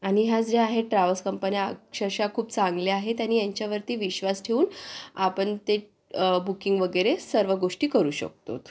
आणि ह्या ज्या आहे ट्रॅव्हल्स कंपन्या अक्षरशः खूप चांगल्या आहेत आणि यांच्यावरती विश्वास ठेवून आपण ते बुकिंग वगैरे सर्व गोष्टी करू शकतो